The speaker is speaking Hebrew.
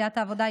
סיעת העבודה,